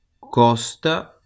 Costa